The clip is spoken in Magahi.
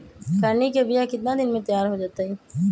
खैनी के बिया कितना दिन मे तैयार हो जताइए?